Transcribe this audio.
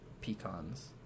pecans